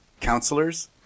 counselors